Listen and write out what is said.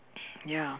ya